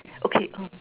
okay um